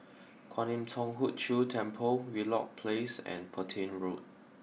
Kwan Im Thong Hood Cho Temple Wheelock Place and Petain Road